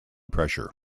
pressure